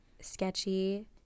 Sketchy